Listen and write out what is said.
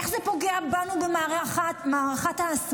איך זה פוגע בנו במערכת ההסברה?